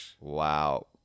Wow